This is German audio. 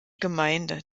gemeinde